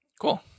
Cool